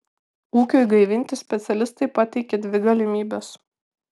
ūkiui gaivinti specialistai pateikia dvi galimybes